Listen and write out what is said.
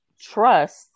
trust